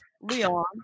Leon